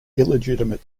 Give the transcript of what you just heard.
illegitimate